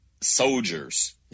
soldiers